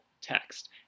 text